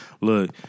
Look